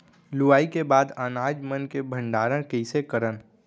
लुवाई के बाद अनाज मन के भंडारण कईसे करन?